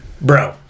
Bro